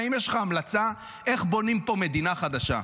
האם יש לך המלצה איך בונים פה מדינה חדשה?